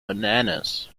bananas